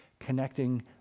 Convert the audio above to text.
connecting